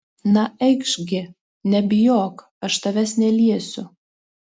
na eikš gi nebijok aš tavęs neliesiu